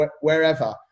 wherever